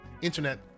internet